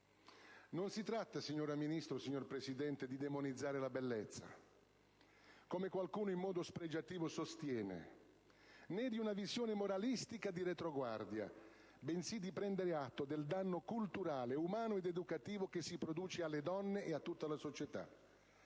calendario?». Signora Ministro, non si tratta di demonizzare la bellezza, come qualcuno in modo spregiativo sostiene, né di una visione moralistica di retroguardia, bensì di prendere atto del danno culturale, umano ed educativo che si produce alle donne e a tutta la società.